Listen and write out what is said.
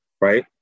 Right